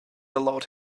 allowed